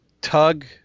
Tug